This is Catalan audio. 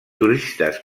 turistes